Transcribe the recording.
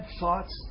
thoughts